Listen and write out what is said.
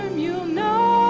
you know